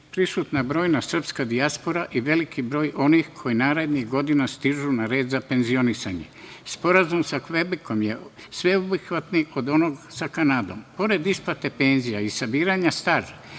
prisutna brojna srpska dijaspora i veliki broj onih koji narednih godina stižu na red za penzionisanje. Sporazum sa Kvebekom je sveobuhvatniji od onog sa Kanadom. Pored isplate penzija i sabiranja staža